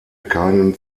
keinen